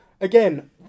again